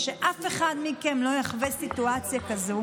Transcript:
ושאף אחד מכם לא יחווה סיטואציה כזאת,